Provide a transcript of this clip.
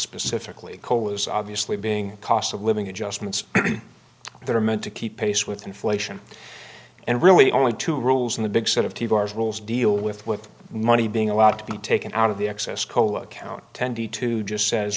specifically coal is obviously being a cost of living adjustments that are meant to keep pace with inflation and really only two rules in the big set of tea bars rules deal with with money being allowed to be taken out of the excess cola account tended to just says